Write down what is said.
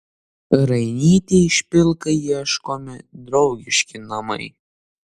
rainytei špilkai ieškomi draugiški namai